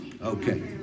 Okay